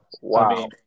Wow